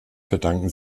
verdanken